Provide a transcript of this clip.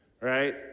right